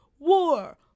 War